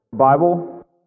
Bible